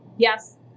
Yes